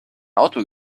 auto